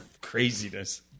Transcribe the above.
craziness